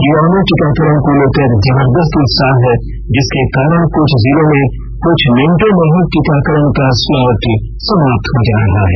युवाओं में टीकाकरण को लेकर जबर्दस्त उत्साह है जिसके कारण कुछ जिलों में कुछ मिनटों में ही टीकाकरण का स्लॉट समाप्त हो जा रहा है